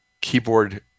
keyboard